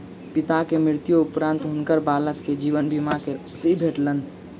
पिता के मृत्यु उपरान्त हुनकर बालक के जीवन बीमा के राशि भेटलैन